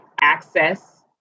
access